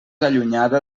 allunyada